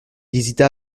hésita